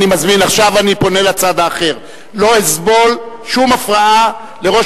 עכשיו אני פונה לצד האחר: לא אסבול שום הפרעה לראש